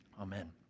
Amen